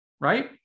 right